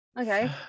Okay